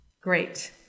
Great